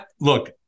Look